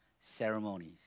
ceremonies